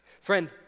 Friend